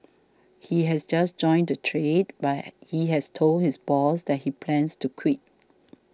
he has just joined the trade but he has told his boss that he plans to quit